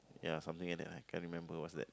ya something like that lah can't remember what's that